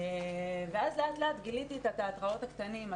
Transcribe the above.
ואז לאט לאט גיליתי את התיאטראות הקטנים,